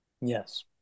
yes